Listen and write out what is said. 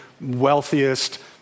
wealthiest